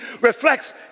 reflects